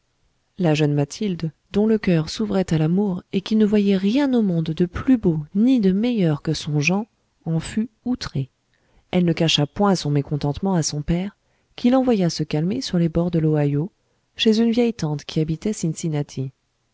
la jeune mathilde dont le cœur s'ouvrait à l'amour et qui ne voyait rien au monde de plus beau ni de meilleur que son jean en fut outrée elle ne cacha point son mécontentement à son père qui l'envoya se calmer sur les bords de l'ohio chez une vieille tante qui habitait cincinnati